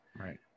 Right